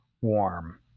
warm